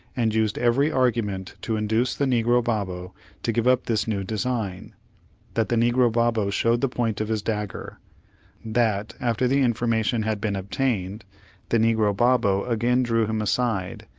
and used every argument to induce the negro babo to give up this new design that the negro babo showed the point of his dagger that, after the information had been obtained the negro babo again drew him aside,